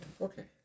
okay